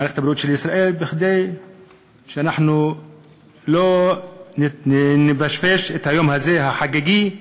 כדי שלא נשבש את היום החגיגי הזה,